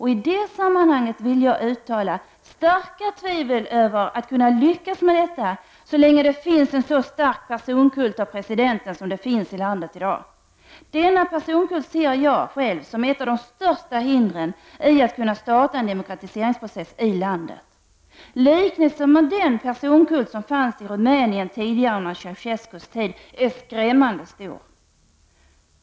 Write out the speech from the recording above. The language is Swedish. I det sammanhanget vill jag uttala starka tvivel över att man kommer att lyckas med detta så länge det i landet finns en så stark personkult i fråga om presidenten som är fallet i dag. Denna personkult ser jag som ett av de största hindren när det gäller att kunna starta en demokratiseringsprocess i landet. Likheten med den personkult som fanns i Rumänien tidigare under Ceausescus tid är skrämmande stor.